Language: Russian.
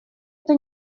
это